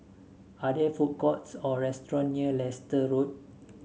are there food courts or restaurants near Leicester Road